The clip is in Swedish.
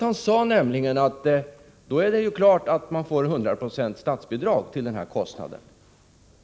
Han sade nämligen att det då är klart att man får statsbidrag på 100 9 till denna kostnad.